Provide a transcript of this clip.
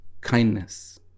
Kindness